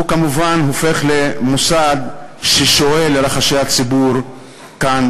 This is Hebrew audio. הוא כמובן הופך למוסד ששועה לרחשי הלב של הציבור כאן,